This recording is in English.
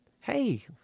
hey